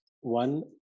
one